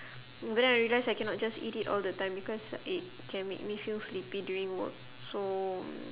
but then I realise I cannot just eat it all the time because it can make me feel sleepy during work so